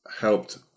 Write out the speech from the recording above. helped